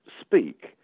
speak